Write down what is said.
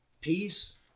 peace